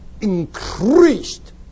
increased